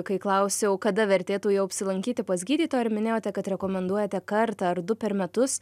kai klausiau kada vertėtų jau apsilankyti pas gydytoją ir minėjote kad rekomenduojate kartą ar du per metus